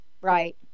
Right